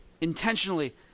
intentionally